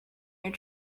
your